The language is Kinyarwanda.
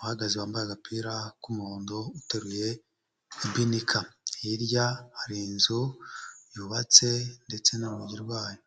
uhagaze wambaye agapira k'umuhondo uteruye ibinika, hirya hari inzu yubatse ndetse n'urugi rwayo.